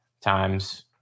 times